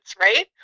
right